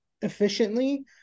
efficiently